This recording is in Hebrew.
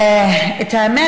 האמת,